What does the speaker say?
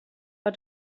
but